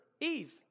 Eve